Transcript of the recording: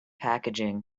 packaging